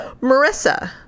Marissa